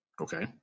Okay